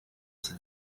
iki